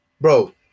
Bro